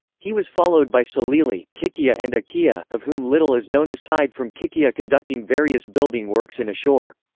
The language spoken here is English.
he was followed by sulili, kikkiya and akiya, of whom little is known aside from kikkiya conducting various building works in assur.